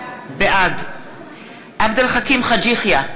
בעד עבד אל חכים חאג' יחיא,